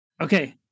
Okay